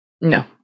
no